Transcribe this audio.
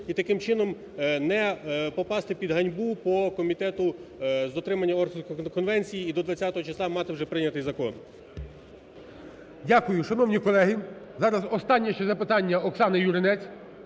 і таким чином не попасти під ганьбу по комітету з дотримання Орхуської конвенції і до 20-го числа мати вже прийнятий закон. ГОЛОВУЮЧИЙ. Дякую. Шановні колеги, зараз останнє ще запитання Оксани Юринець.